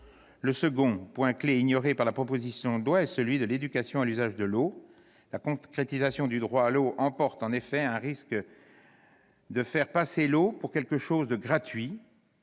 Le second point clef ignoré par la proposition de loi est celui de l'éducation à l'usage de l'eau. La concrétisation du droit à l'eau emporte en effet le risque de faire passer l'eau pour quelque chose de gratuit,